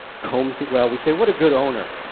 combs it well, we say, what a good owner,